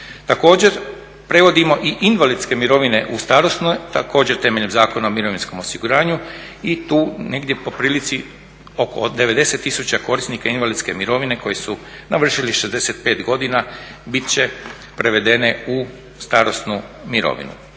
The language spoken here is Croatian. Također, prevodimo i invalidske mirovine u starosne također temeljem Zakona o mirovinskom osiguranju i tu negdje po prilici oko 90 tisuća korisnika invalidske mirovine koji su navršili 65 godina bit će prevedene u starosnu mirovinu.